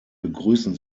begrüßen